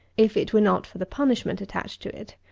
if it were not for the punishment attached to it!